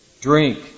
drink